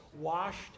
washed